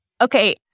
Okay